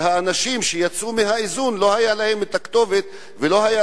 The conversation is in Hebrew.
שהאנשים שיצאו מהאיזון לא היתה להם הכתובת ולא היתה